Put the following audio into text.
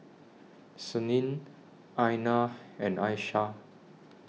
Senin Aina and Aisyah